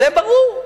זה ברור.